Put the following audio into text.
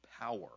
power